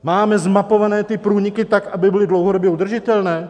Máme zmapovány ty průniky tak, aby byly dlouhodobě udržitelné?